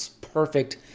perfect